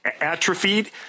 atrophied